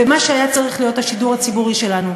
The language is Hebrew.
במה שהיה צריך להיות השידור הציבורי שלנו.